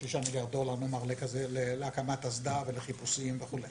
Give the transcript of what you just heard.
9-8 מיליארד דולר להקמת אסדה ולחיפושים וכדומה.